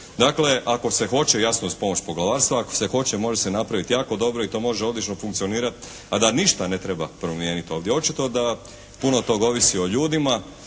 Dakle, ako se hoće jasno uz pomoć poglavarstva, ako se hoće može se napraviti jako dobro i to može odlično funkcionirati a da ništa ne treba promijeniti ovdje. Očito da puno toga ovisi o ljudima.